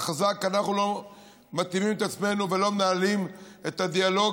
לא מתאימים את עצמנו ולא מעלים את הדיאלוג.